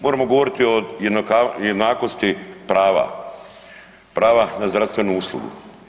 Moremo govoriti o jednakosti prava, prava na zdravstvenu uslugu.